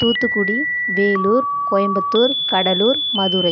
Thoothukudi Vellore Coimbatore Cuddalore Madurai